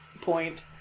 point